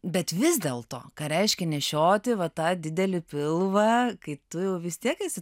bet vis dėl to ką reiškia nešioti va tą didelį pilvą kai tu vis tiek esi